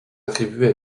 attribués